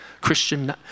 Christian